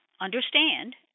understand